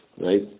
right